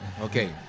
Okay